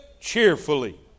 cheerfully